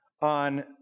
on